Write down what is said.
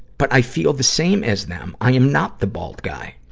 but i feel the same as them i am not the bald guy.